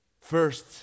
First